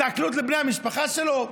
תעקלו לבני המשפחה שלו?